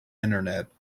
internet